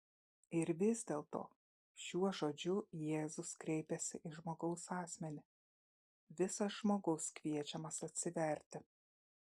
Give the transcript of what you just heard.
ir vis dėlto šiuo žodžiu jėzus kreipiasi į žmogaus asmenį visas žmogus kviečiamas atsiverti